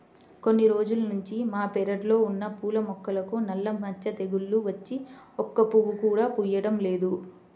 కొన్ని రోజుల్నుంచి మా పెరడ్లో ఉన్న పూల మొక్కలకు నల్ల మచ్చ తెగులు వచ్చి ఒక్క పువ్వు కూడా పుయ్యడం లేదు